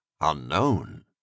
Unknown